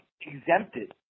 exempted